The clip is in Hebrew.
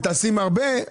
וטסים הרבה,